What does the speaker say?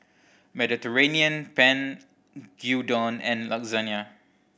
Mediterranean Penne Gyudon and Lasagne